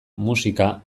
musika